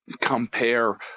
compare